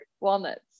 walnuts